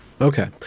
Okay